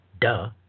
Duh